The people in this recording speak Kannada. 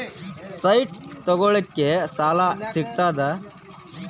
ಸೈಟ್ ತಗೋಳಿಕ್ಕೆ ಸಾಲಾ ಸಿಗ್ತದಾ?